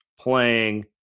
playing